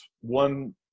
one